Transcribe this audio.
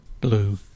Blue